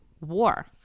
war